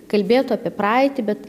kalbėtų apie praeitį bet